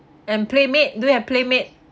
and Playmade do you have Playmade